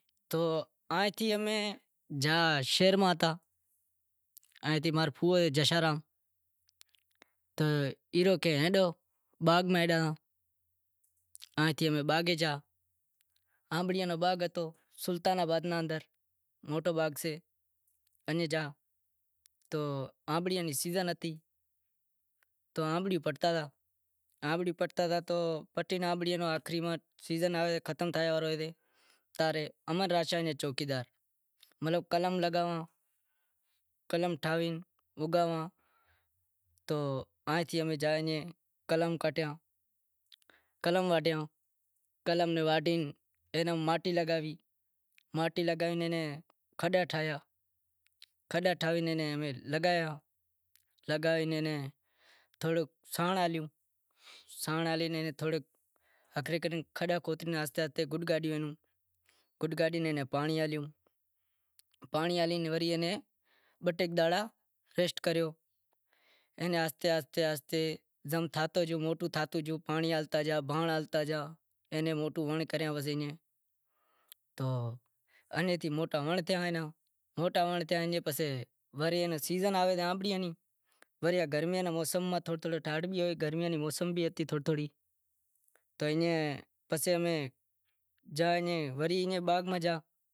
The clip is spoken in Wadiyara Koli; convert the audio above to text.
جاں شہر ماں تھا تو ای ریو کہ ہیلو باغ میں ہالاں باغے جا، آنبڑیاں نو باغ ہتو سلطان آباد نے اندر موٹو باغ سے انے جا تو آنبڑیاں ری سیزن ہتی تو آنبڑیاں کاٹتا جاں، تو کٹے آنبڑیاں نیں آخری ماں سیزن ختم تھے تا رے اماں راشیو چوکیدار مطلب قلم لگاواں قلم ٹھاوی اوگاواں تو قلم کاٹیاں قلم واڈھیاں، قلم ناں واڈھے اینا ماٹی لگاوی ماٹی لگائی اینا کھڈا ٹھائیا کھڈا ٹھائے اینا لگایا تھوڑو سانڑ ہلایو، سانڑ ہلاوے تھوڑو کھڈا کھوتریا آہستے آہستے گڈ کاڈھیو گڈ کاڈھے اینا پانڑی ہالیو پانڑی ہالے وری اینے بہ ٹے دہاڑا ریسٹ کریو، اینے آہستے آہستے زم موٹو تھاتو گیو، پانڑی ہالتا ریا بھانڑ ہالتا ریا اینے موٹو کریاں سے انیں موٹا ونڑ تھیا اینے پسے ورے سیزن آوے آنبڑیاں ری وڑے گرمیاں ری موسم آوے تھوڑی تھوڑی ٹھاڈہ بھی ہوئے گرمیاں ری موسم ہتی تو ایئں پسے امیں وڑی ایئے باغ میں گیا